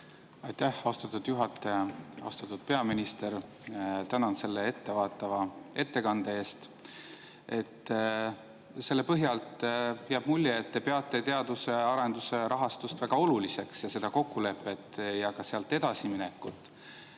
Aitäh, austatud juhataja! Austatud peaminister! Tänan selle ettevaatava ettekande eest. Selle põhjal jääb mulje, et te peate teadus‑ ja arendusrahastust väga oluliseks ja seda kokkulepet ja ka sealt edasiminekut.